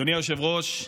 אדוני היושב-ראש,